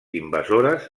invasores